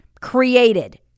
created